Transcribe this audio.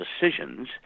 decisions